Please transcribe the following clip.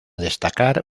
destacar